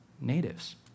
Natives